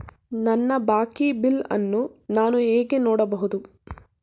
ನನ್ನ ಬಾಕಿ ಬಿಲ್ ಅನ್ನು ನಾನು ಹೇಗೆ ನೋಡಬಹುದು?